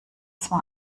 zwar